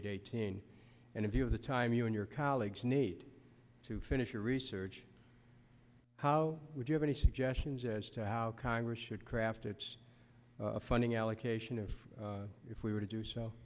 eighteen and if you have the time you and your colleagues need to finish your research how would you have any suggestions as to how congress should craft its funding allocation of if we were to do